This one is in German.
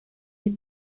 die